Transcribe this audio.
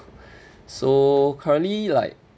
so currently like